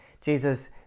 Jesus